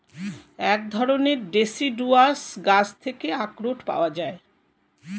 এক ধরণের ডেসিডুয়াস গাছ থেকে আখরোট পাওয়া যায়